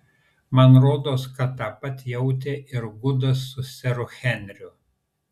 man rodos kad tą pat jautė ir gudas su seru henriu